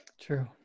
True